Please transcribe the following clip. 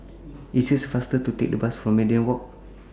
IT IS faster to Take The Bus to Media Walk